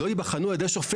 לא ייבחנו על ידי שופט,